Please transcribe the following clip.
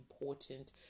important